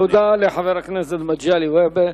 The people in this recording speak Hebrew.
תודה לחבר הכנסת מגלי והבה.